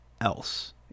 else